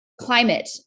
climate